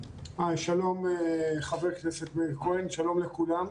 שלום, חבר הכנסת מאיר כהן, שלום לכולם.